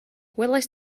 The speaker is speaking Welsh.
welaist